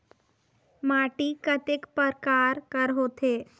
माटी कतेक परकार कर होथे?